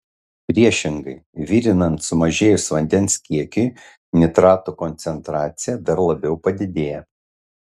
priešingai virinant sumažėjus vandens kiekiui nitratų koncentracija dar labiau padidėja